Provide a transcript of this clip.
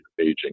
aging